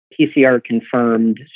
PCR-confirmed